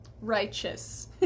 righteous